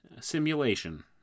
Simulation